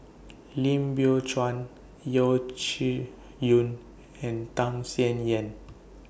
Lim Biow Chuan Yeo Shih Yun and Tham Sien Yen